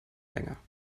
länger